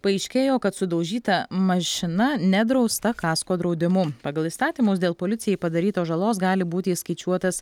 paaiškėjo kad sudaužyta mašina nedrausta kasko draudimu pagal įstatymus dėl policijai padarytos žalos gali būti išskaičiuotas